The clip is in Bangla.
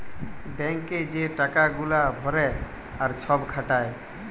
ব্যাঙ্ক এ যে টাকা গুলা ভরে আর সব খাটায়